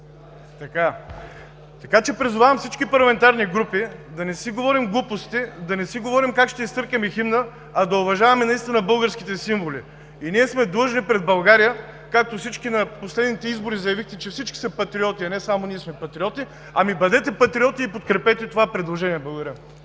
Така че призовавам всички парламентарни групи да не си говорим глупости, да не си говорим как ще изтъркаме химна, а да уважаваме наистина българските символи. Ние сме длъжни пред България, както на последните избори заявихте, че всички са патриоти, а не само ние сме патриоти – бъдете патриоти и подкрепете това предложение. Благодаря.